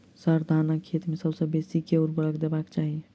sir, धानक खेत मे सबसँ बेसी केँ ऊर्वरक देबाक चाहि